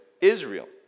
Israel